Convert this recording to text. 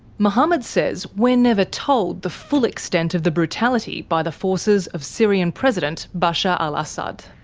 mohammed says we're never told the full extent of the brutality by the forces of syrian president bashar al-assad.